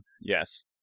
Yes